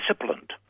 disciplined